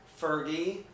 Fergie